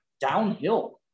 downhill